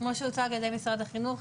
כמו שהוצג על ידי משרד החינוך,